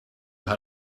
how